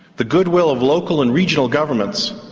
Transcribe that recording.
the goodwill of local and regional governments,